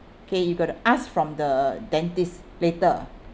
okay you got to ask from the dentist later